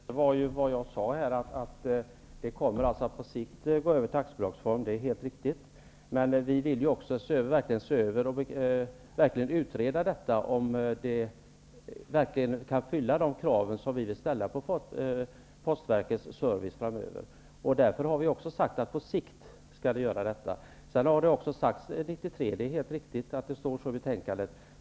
Herr talman! Det var vad jag sade. Det är helt riktigt att det på sikt kommer att gå över till aktiebolagsform. Men vi vill verkligen se över och utreda om detta kan uppfylla de krav som vi vill ställa på postverkets service framöver. Därför har vi också sagt att vi skall göra detta på sikt. 1993 har nämnts, och det står så i betänkandet.